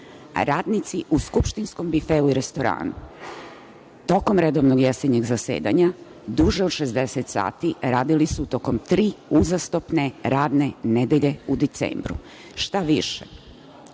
Radnici u skupštinskom bifeu i restoranu tokom redovnog jesenjeg zasedanja duže od 60 sati radili su tokom tri uzastopne radne nedelje u decembru. Štaviše,